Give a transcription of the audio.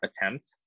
attempt